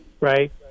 right